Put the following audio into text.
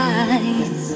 eyes